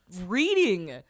reading